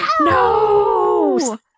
No